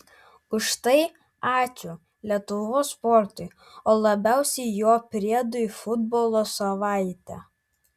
už tai ačiū lietuvos sportui o labiausiai jo priedui futbolo savaitė